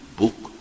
book